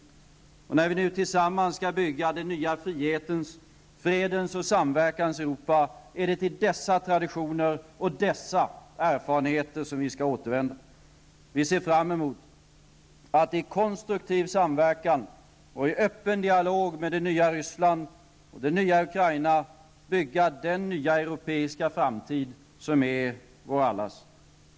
När vi nu tillsammans skall bygga det nya frihetens, fredens och samverkans Europa, är det till dessa traditioner och dessa erfarenheter vi skall återvända. Vi ser fram emot, att i konstruktiv samverkan och öppen dialog med det nya Ryssland och det nya Ukraina bygga den nya europeiska framtid som är vår allas.